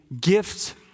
gifts